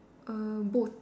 err both